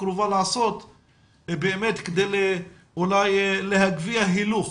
הקרובה לעשות כדי אולי להגביר הילוך